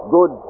Good